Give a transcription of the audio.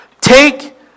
Take